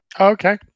Okay